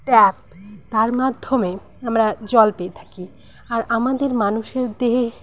tap তার মাধ্যমে আমরা জল পেয়ে থাকি আর আমাদের মানুষের দেহে